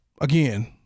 Again